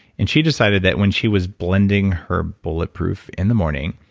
and she decided that when she was blending her bulletproof in the morning,